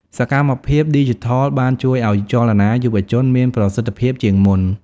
សកម្មភាពឌីជីថលបានជួយឱ្យចលនាយុវជនមានប្រសិទ្ធភាពជាងមុន។